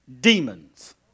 demons